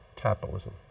capitalism